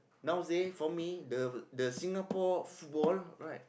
nowadays for me the the Singapore football right